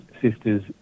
sisters